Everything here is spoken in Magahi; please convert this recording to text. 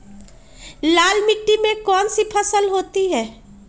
लाल मिट्टी में कौन सी फसल होती हैं?